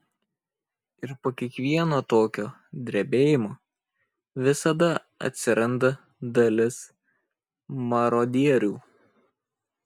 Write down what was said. ir po kiekvieno tokio drebėjimo visada atsiranda dalis marodierių